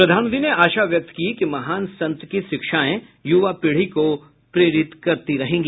प्रधानमंत्री ने आशा व्यक्त की कि महान संत की शिक्षाएं युवा पीढ़ी को प्रेरित करती रहेंगी